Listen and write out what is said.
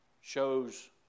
shows